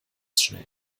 schnell